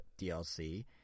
DLC